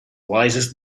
wisest